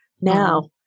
now